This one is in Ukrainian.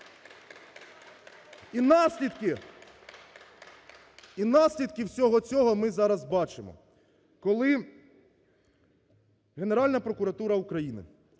і наслідки всього цього ми зараз бачимо. Коли Генеральна прокуратура України,